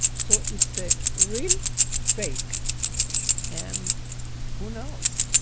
so it's a real fake and who knows,